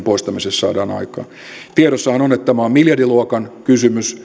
poistamisessa saadaan aikaan tiedossahan on että tämä on miljardiluokan kysymys